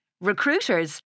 Recruiters